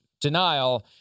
denial